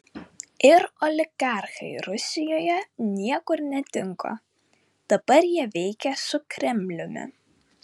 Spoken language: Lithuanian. ir oligarchai rusijoje niekur nedingo dabar jie veikia su kremliumi